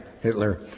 Hitler